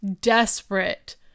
desperate